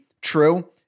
true